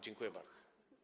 Dziękuję bardzo.